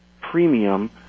premium